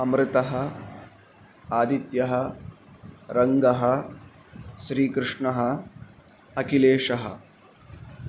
अमृतः आदित्यः रङ्गः श्रीकृष्णः अखिलेशः